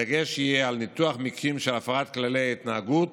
הדגש יהיה על ניתוח מקרים של הפרת כללי ההתנהגות